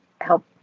help